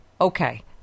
Okay